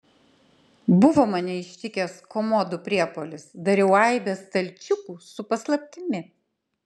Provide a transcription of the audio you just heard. buvo mane ištikęs komodų priepuolis dariau aibę stalčiukų su paslaptimi